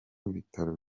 w’ibitaro